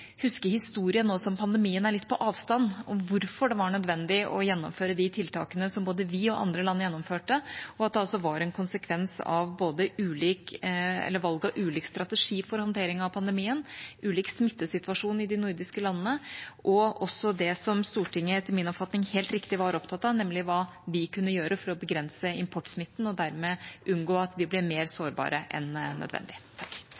historien, nå som pandemien er litt på avstand, om hvorfor det var nødvendig å gjennomføre de tiltakene som både vi og andre land gjennomførte, og at det altså var en konsekvens av valg av ulik strategi for håndtering av pandemien, ulik smittesituasjon i de nordiske landene, og også det som Stortinget etter min oppfatning helt riktig var opptatt av, nemlig hva vi kunne gjøre for å begrense importsmitten og dermed unngå at vi ble mer